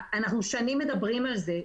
שנים אנחנו מדברים על זה,